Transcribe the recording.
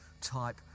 type